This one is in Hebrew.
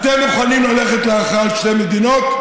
אתם מוכנים ללכת להכרעת שתי מדינות?